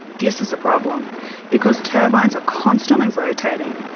this is a problem because turbines are constantly rotating,